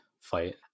fight